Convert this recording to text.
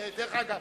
דרך אגב,